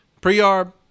pre-arb